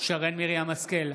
שרן מרים השכל,